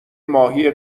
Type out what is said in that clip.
ماهی